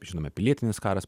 žinome pilietinis karas